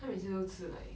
他每次都吃 like